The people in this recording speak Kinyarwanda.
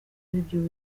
aribyo